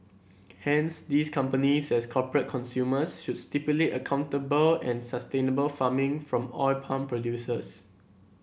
hence these companies as corporate consumers should stipulate accountable and sustainable farming from oil palm producers